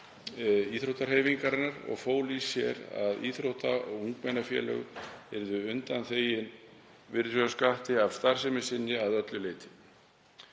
íþróttahreyfingarinnar og fól í sér að íþrótta- og ungmennafélög yrðu undanþegin virðisaukaskatti af starfsemi sinni að öllu leyti